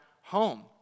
home